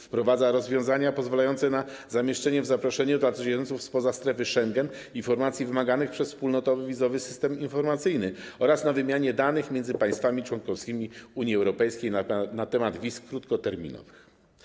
Wprowadza rozwiązania pozwalające na zamieszczenie w zaproszeniu dla cudzoziemców spoza strefy Schengen informacji wymaganych przez wspólnotowy wizowy system informacyjny oraz na wymianę danych między państwami członkowskimi Unii Europejskiej na temat wiz krótkoterminowych.